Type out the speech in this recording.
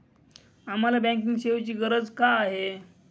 आम्हाला बँकिंग सेवेची गरज का आहे?